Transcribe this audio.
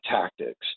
tactics